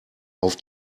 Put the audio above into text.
auf